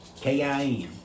K-I-N